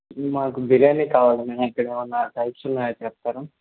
మాకు బిర్యానీ కావాలి మ్యామ్ అక్కడ ఏమైనా టైప్సు ఉన్నాయా చెప్తారా